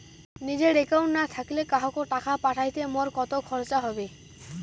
নিজের একাউন্ট না থাকিলে কাহকো টাকা পাঠাইতে মোর কতো খরচা হবে?